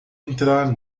entrar